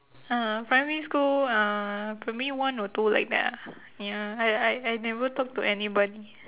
uh primary school uh primary one or two like that ah ya I I I never talked to anybody